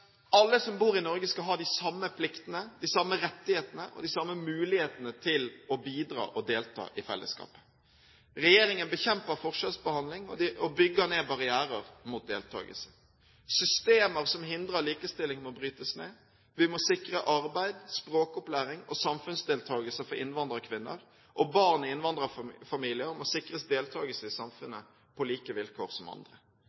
Alle som bor i Norge, skal ha de samme pliktene, rettighetene og mulighetene til å bidra til og delta i fellesskapet. Regjeringen bekjemper forskjellsbehandling og bygger ned barrierer mot deltakelse. Systemer som hindrer likestilling, må brytes ned. Vi må sikre arbeid, språkopplæring og samfunnsdeltakelse for innvandrerkvinner, og barn i innvandrerfamilier må sikres deltakelse i samfunnet på samme vilkår som andre.